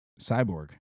Cyborg